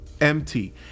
empty